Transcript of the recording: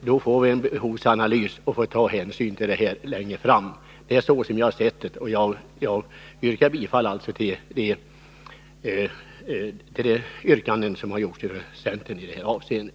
Så skall vi få en behovsanalys. Längre fram får vi ta hänsyn till vad den säger. Det är så jag har sett saken. Jag yrkar bifall till de yrkanden som gjorts av centerledamöterna i utskottet.